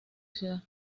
ciudad